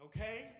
Okay